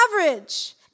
average